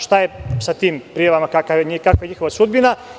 Šta je sa tim prijavama, kakva je njihova sudbina?